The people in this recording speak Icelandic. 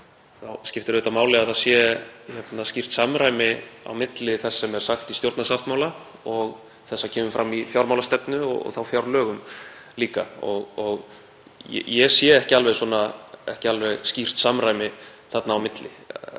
á skiptir auðvitað máli að það sé skýrt samræmi á milli þess sem er sagt í stjórnarsáttmála og þess sem kemur fram í fjármálastefnu og þá fjárlögum líka og ég sé ekki alveg skýrt samræmi þarna á milli.